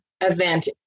event